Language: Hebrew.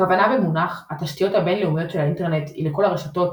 הכוונה במונח "התשתיות הבין-לאומיות של האינטרנט" היא לכל הרשתות,